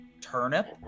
Turnip